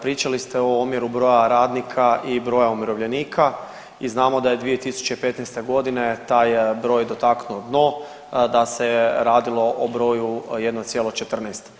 Pričali ste o omjeru broja radnika i broja umirovljenika i znamo da je 2015. godine taj broj dotaknuo dno, da se radilo o broju 1,14.